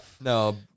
no